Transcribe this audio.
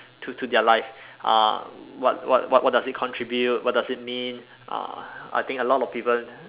to to their life uh what what what does it contribute what does it mean uh I think a lot of people